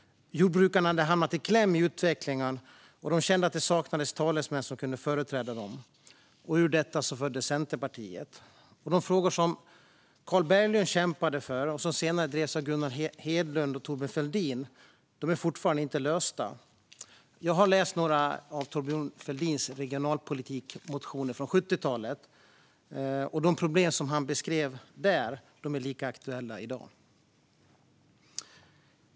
Jordbrukarna hade hamnat i kläm i utvecklingen, och de kände att det saknades talesmän som kunde företräda dem. Ur detta föddes Centerpartiet. De frågor som Carl Berglund kämpade för, och som senare drevs av Gunnar Hedlund och Thorbjörn Fälldin, är fortfarande inte lösta. Jag har läst några av Thorbjörn Fälldins motioner om regionalpolitik från 1970-talet, och de problem som han beskrev där är lika aktuella i dag.